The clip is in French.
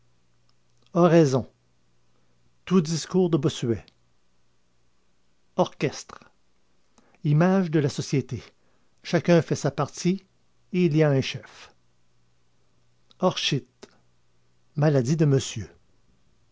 oraison tout discours de bossuet orchestre image de la société chacun fait sa partie et il y a un chef orchite maladie de monsieur